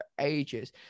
ages